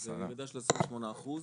זה ירידה של 28 אחוז